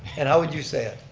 and how would you say it?